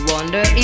Wonder